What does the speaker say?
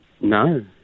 No